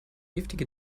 giftige